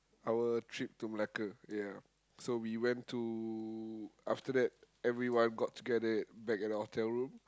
our trip to Malacca ya so we went to after that everyone got together back at the hotel room